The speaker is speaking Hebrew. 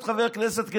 לא רוצה להיות חבר כנסת,